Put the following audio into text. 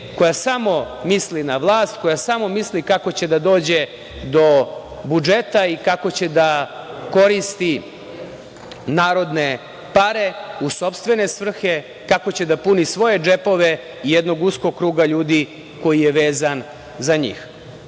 koja samo misli na vlast, koja samo misli kako će da dođe do budžeta i kako će da koristi narodne pare u sopstvene svrhe, kako će da puni svoje džepove i jednog uskog kruga ljudi koji je vezan za